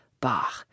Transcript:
Bah